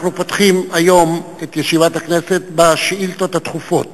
אנחנו פותחים היום את ישיבת הכנסת בשאילתות דחופות,